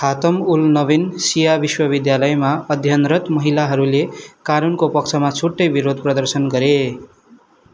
खातम् उल नबिन सिया बिश्वबिद्यालयमा अध्ययनरत महिलाहरूले कानुनको पक्षमा छुट्टै बिरोध प्रदर्शन गरे